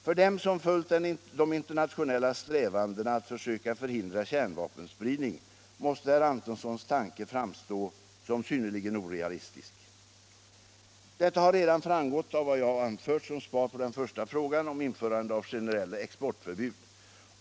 För dem som följt de internationella strävandena att försöka förhindra kärnvapenspridning måste herr Antonssons tanke framstå som synnerligen orealistisk. Detta har redan framgått av vad jag anfört som svar på den första frågan om införande av generella exportförbud.